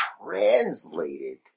translated